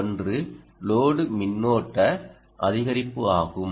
ஒன்று லோடு மின்னோட்ட அதிகரிப்பு ஆகும்